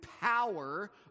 power